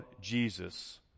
Jesus